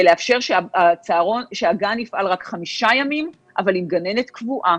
לאפשר שהגן יפעל רק חמישה אבל עם גננת קבועה.